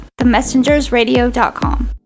themessengersradio.com